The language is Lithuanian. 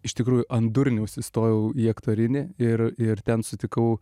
iš tikrųjų ant durniaus įstojau į aktorinį ir ir ten sutikau